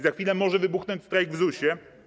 Za chwilę może wybuchnąć strajk w ZUS-ie.